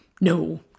no